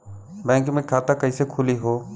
Bank मे खाता कईसे खुली हो?